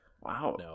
Wow